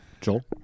Joel